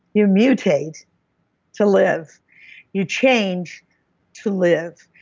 you mutate to live you change to live.